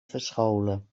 verscholen